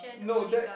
not that